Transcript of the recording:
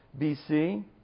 BC